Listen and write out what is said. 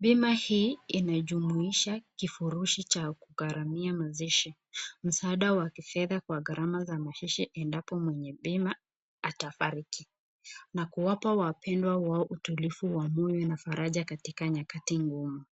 bima hii inajumuisha kifurushi cha kukaramia mazishi, msaada wa kifedha kwa karama za masishi endapo mwenye bima atafariki, na kuwapa wapendwa wao utulivu wa moyo na faraja katika wakati ngumu.